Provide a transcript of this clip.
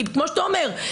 כי כמו שאתה אומר,